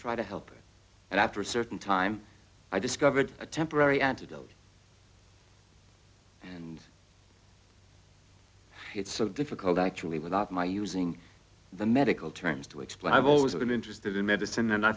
try to help and after a certain time i discovered a temporary antidote and it's so difficult actually without my using the medical terms to explain i've always been interested in medicine and i